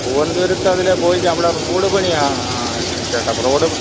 പൂവന്തുരത്ത് അതിൽ പോയി അവിടെ റോഡ് പണിയാ ചേട്ടാ അപ്പം റോഡ്